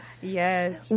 Yes